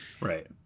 Right